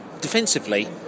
defensively